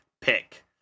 pick